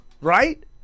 Right